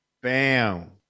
Bam